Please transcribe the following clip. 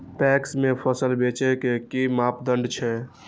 PACS में फसल बेचे के कि मापदंड छै?